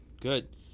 Good